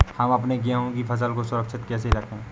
हम अपने गेहूँ की फसल को सुरक्षित कैसे रखें?